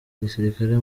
gisirikare